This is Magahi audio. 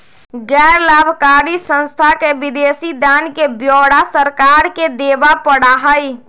गैर लाभकारी संस्था के विदेशी दान के ब्यौरा सरकार के देवा पड़ा हई